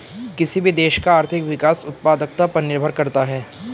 किसी भी देश का आर्थिक विकास उत्पादकता पर निर्भर करता हैं